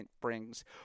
brings